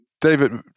David